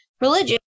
religion